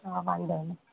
हा वांदा आहिनि